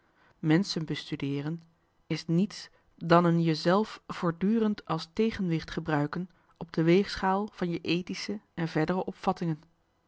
menschen bestudeeren is niets dan een jezelf voortdurend als tegenwicht gebruiken op de weegschaal van je ethische en verdere opvattingen